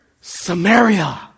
Samaria